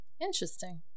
interesting